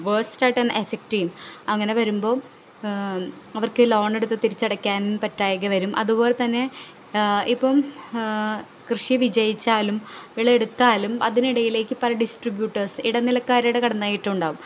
waste ആയിട്ട് തന്നെ effect ചെയ്യും അങ്ങനെ വരുമ്പം അവർക്ക് ഈ ലോണെടുത്തത് തിരിച്ചടക്കാൻ പറ്റാതെ വരും അതുപോലെ തന്നെ ഇപ്പം കൃഷി വിജയിച്ചാലും വിളയെടുത്താലും അതിനിടയിലേക്ക് പല ഡിസ്ട്രിബ്യൂട്ടേഴ്സ് ഇടനിലക്കാരുടെ കടന്നു കയറ്റവും ഉണ്ടാകും